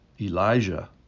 Elijah